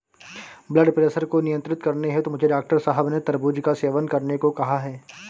blood pressure को नियंत्रित करने हेतु मुझे डॉक्टर साहब ने तरबूज का सेवन करने को कहा है